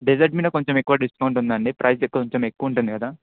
dessert మీద కొంచెం ఎక్కువ డిస్కౌంట్ ఉంది అండి ప్రైస్ కొంచెం ఎక్కువ ఉంటుంది కదా